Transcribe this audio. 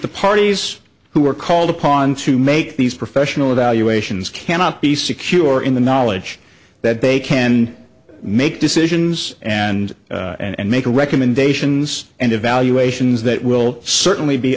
the parties who are called upon to make these professional evaluations cannot be secure in the knowledge that they can make decisions and and make a recommendations and evaluations that will certainly be